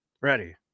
Ready